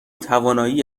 توانایی